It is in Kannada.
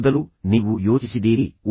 ಮೊದಲು ನೀವು ಯೋಚಿಸಿದ್ದೀರಿ ಓ